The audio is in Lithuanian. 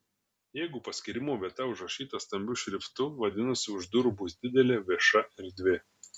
jeigu paskyrimo vieta užrašyta stambiu šriftu vadinasi už durų bus didelė vieša erdvė